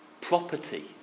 property